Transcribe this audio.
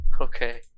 okay